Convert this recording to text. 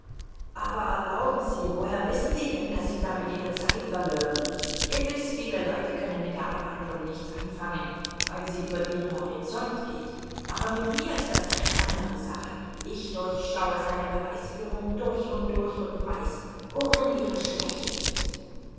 aber erlauben sie woher wissen sie denn daß sie damit ihre zeit verlören gewiß viele leute können mit der abhandlung nichts anfangen weil sie über ihren horizont geht aber mit mir ist das eine andere sache ich durchschaue seine beweisführung durch und durch und weiß worin ihre schwäche liegt